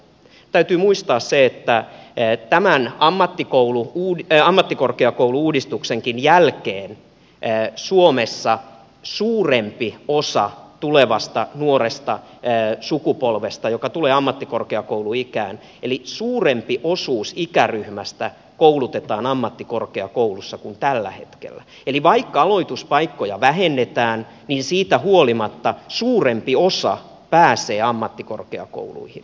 täytyy muistaa että suomessa tämän ammattikorkeakoulu uudistuksenkin jälkeen tulevasta nuoresta sukupolvesta joka tulee ammattikorkeakouluikään koulutetaan ammattikorkeakoulussa suurempi osuus kuin tällä hetkellä eli vaikka aloituspaikkoja vähennetään niin siitä huolimatta suurempi osa pääsee ammattikorkeakouluihin